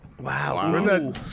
Wow